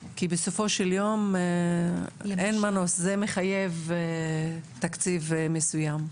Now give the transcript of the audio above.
כי בסופו של יום אין מנוס, זה מחייב תקציב מסוים.